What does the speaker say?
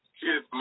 kid's